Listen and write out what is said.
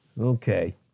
Okay